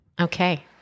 Okay